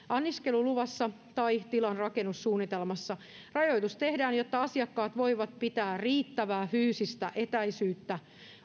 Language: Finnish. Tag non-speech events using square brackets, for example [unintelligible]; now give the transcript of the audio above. [unintelligible] anniskeluluvassa tai tilan rakennussuunnitelmassa rajoitus tehdään jotta asiakkaat voivat pitää riittävää fyysistä etäisyyttä